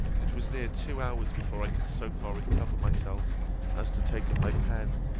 it was near two hours before i could so far recover myself as to take up my pen,